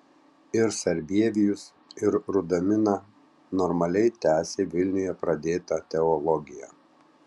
ir sarbievijus ir rudamina normaliai tęsė vilniuje pradėtą teologiją